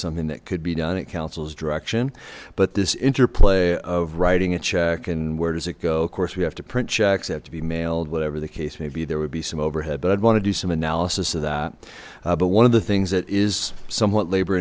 something that could be done at councils direction but this interplay of writing a check and where does it go of course we have to print checks they have to be mailed whatever the case maybe there would be some overhead but i'd want to do some analysis of that but one of the things that is somewhat labor